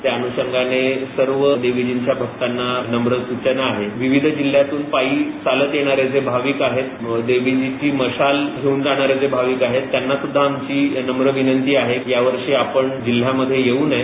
त्या अनुषंगाने सर्व देवीजींच्या भक्तांना नम्र सूचना आहे विविध जिल्ह्यांतून पायी चालत येणारे भाविक आहेत देवीजींची मशाल घेऊन जाणारे भाविक आहेत त्यांना सुध्दा आमची नम्र विनंती आहे यावर्षी आपण जिल्ह्यामधे येऊ नये